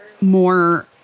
more